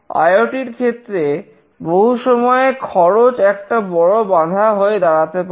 IoT র ক্ষেত্রে বহু সময় খরচ একটা বড় বাধা হয়ে দাঁড়াতে পারে